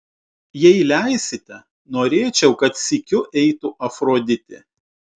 jei leisite norėčiau kad sykiu eitų afroditė